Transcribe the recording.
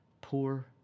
poor